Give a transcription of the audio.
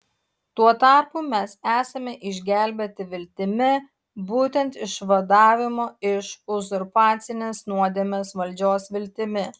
tuo tarpu mes esame išgelbėti viltimi būtent išvadavimo iš uzurpacinės nuodėmės valdžios viltimi